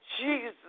Jesus